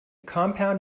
compound